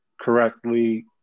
correctly